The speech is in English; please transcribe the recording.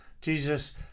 Jesus